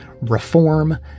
Reform